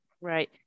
Right